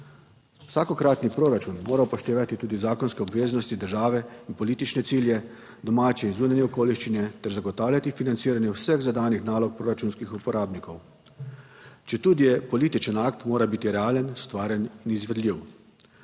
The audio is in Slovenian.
Vsakokratni proračun mora upoštevati tudi zakonske obveznosti države in politične cilje, domače in zunanje okoliščine ter zagotavljati financiranje vseh zadanih nalog proračunskih uporabnikov. Četudi je političen akt, mora biti realen, stvaren in izvedljiv.